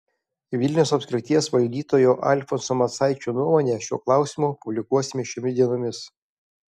vilniaus apskrities valdytojo alfonso macaičio nuomonę šiuo klausimu publikuosime šiomis dienomis